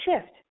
shift